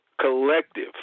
collective